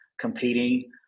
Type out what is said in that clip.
competing